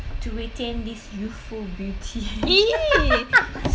to retain this youthful beauty